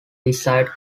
desired